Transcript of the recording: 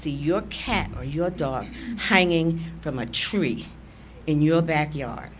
see your cat or your dog hanging from a tree in your backyard